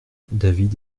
david